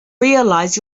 realize